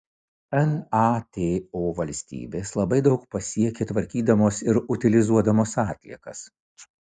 nato valstybės labai daug pasiekė tvarkydamos ir utilizuodamos atliekas